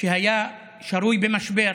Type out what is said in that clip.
שהיה שרוי במשבר.